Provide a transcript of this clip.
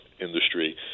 industry